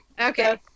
Okay